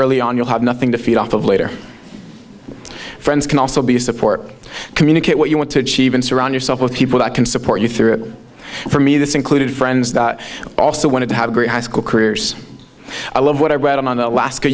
early on you'll have nothing to feed off of later friends can also be a support communicate what you want to achieve and surround yourself with people that can support you through it for me this included friends that also wanted to have a great high school careers i love what i read on alaska